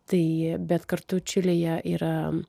tai bet kartu čilėje yra